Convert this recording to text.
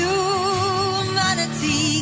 Humanity